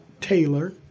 taylor